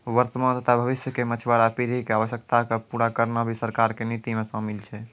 वर्तमान तथा भविष्य के मछुआरा पीढ़ी के आवश्यकता क पूरा करना भी सरकार के नीति मॅ शामिल छै